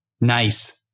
Nice